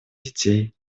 детей